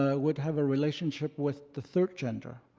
ah would have a relationship with the third gender.